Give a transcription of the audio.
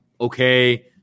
Okay